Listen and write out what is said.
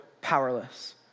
powerless